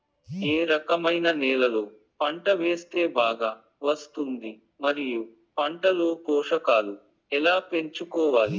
ఏ రకమైన నేలలో పంట వేస్తే బాగా వస్తుంది? మరియు పంట లో పోషకాలు ఎలా పెంచుకోవాలి?